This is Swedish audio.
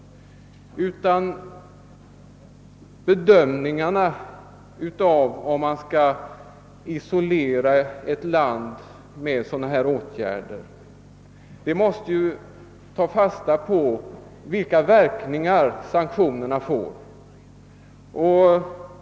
Nej, vid bedömningen av om man skall isolera ett land genom sådana här åtgärder måste man utgå från vilka verkningar sanktionerna får.